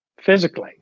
physically